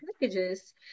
packages